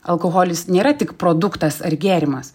alkoholis nėra tik produktas ar gėrimas